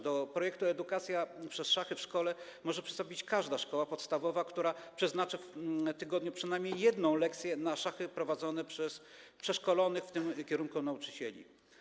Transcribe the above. Do projektu „Edukacja przez szachy w szkole” może przystąpić każda szkoła podstawowa, która przeznaczy w tygodniu przynajmniej jedną lekcję na szachy prowadzone przez przeszkolonych w tym kierunku nauczycieli.